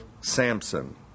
Samson